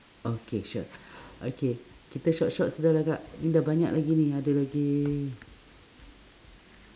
okay sure okay kita short short sudahlah kak ni dah banyak lagi ni ada lagi